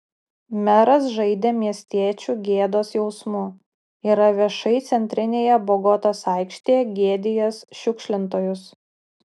meras žaidė miestiečių gėdos jausmu yra viešai centrinėje bogotos aikštėje gėdijęs šiukšlintojus